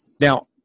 Now